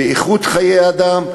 ואיכות חיי האדם,